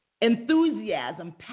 enthusiasm